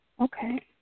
Okay